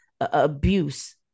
abuse